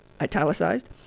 italicized